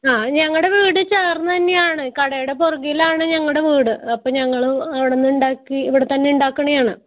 ആ ഞങ്ങളുടെ വീട് ചേർന്ന് തന്നെയാണ് കടയുടെ പുറകിലാണ് ഞങ്ങളുടെ വീട് അപ്പം ഞങ്ങൾ അവിടുന്ന് ഉണ്ടാക്കി ഇവിടെ തന്നെ ഇണ്ടാക്കിണെയാണ്